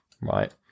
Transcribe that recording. right